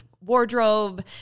wardrobe